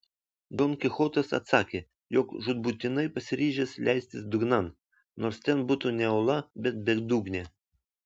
don kichotas atsakė jog žūtbūtinai pasiryžęs leistis dugnan nors ten būtų ne ola bet bedugnė